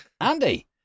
Andy